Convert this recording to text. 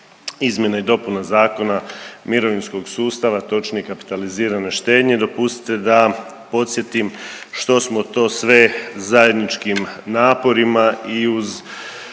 Izmjena i dopuna Zakona mirovinskog sustava, točnije kapitalizirane štednje, dopustite da podsjetim što smo to sve zajedničkim naporima i uz